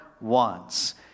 wants